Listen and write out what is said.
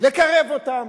לקרב אותם,